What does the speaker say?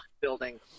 building